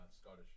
Scottish